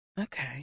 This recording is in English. Okay